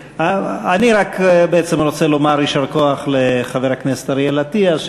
אני רק בעצם רוצה לומר יישר כוח לחבר הכנסת אריאל אטיאס,